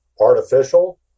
artificial